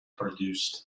produced